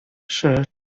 sir